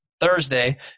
Thursday